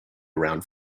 around